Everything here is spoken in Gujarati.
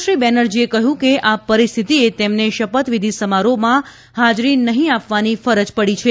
શ્રી બેનરજીએ કહ્યું કે આ પરિસ્થિતિએ તેમને શપથવિધી સમારોહમાં હાજરી નહિં આપવાની ફરજ પડી છે